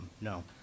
no